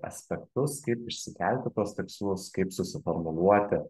aspektus kaip išsikelti tuos tikslus kaip susiformuluoti